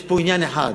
יש פה עניין אחד: